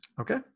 Okay